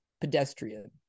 pedestrian